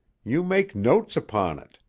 you make notes upon it.